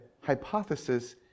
hypothesis